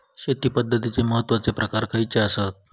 शेती पद्धतीचे महत्वाचे प्रकार खयचे आसत?